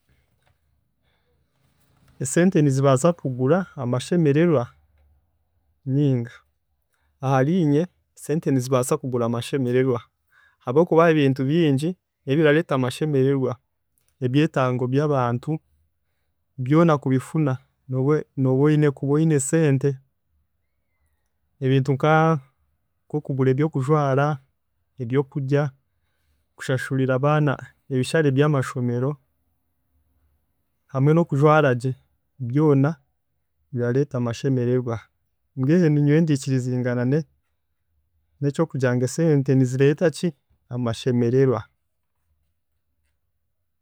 Esente nizibaasa kugura amashemererwa ninga? Ahariinye esente nizibaasa kugura amashemererwa ahabw'okuba ebintu bingi ebirareeta amashemererwa, ebyetango by'abantu byona kubifuna n'oba n'oba oine kuba oine esente ebintu nka nk'okugura eby'okujwara, ebyokurya, kushashurira abaana ebishare by'amashomero, hamwe n'okujwara gye, byona birareeta amashemererwa mbwenu nyowe ndiikirizingana ne- n'eky'okugira ngu esente nizireeta ki, amashemererwa.